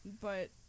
but-